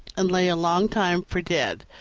and lay a long time for dead.